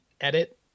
edit